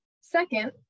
Second